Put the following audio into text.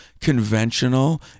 conventional